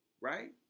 right